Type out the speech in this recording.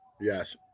Yes